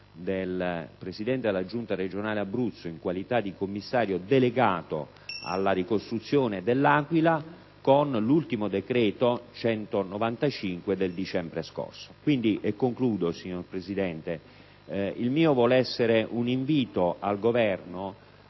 del Presidente della Giunta regionale Abruzzo in qualità di Commissario delegato alla ricostruzione dell'Aquila con l'ultimo decreto-legge, il n. 195 del dicembre scorso. Quindi, il mio vuole essere un invito al Governo